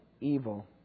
evil